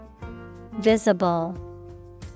Visible